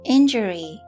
Injury